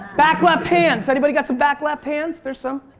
back left hands, anybody got some back left hands. there's some.